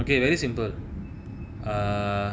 okay very simple ah